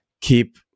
keep